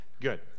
good